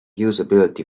usability